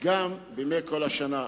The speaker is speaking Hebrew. גם בכל ימות השנה.